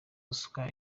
ruswa